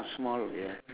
small ya